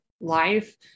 life